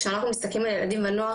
כשאנחנו מסתכלים על ילדים ונוער,